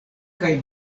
kaj